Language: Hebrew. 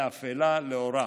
מאפלה לאורה.